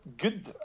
good